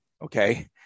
Okay